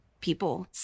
people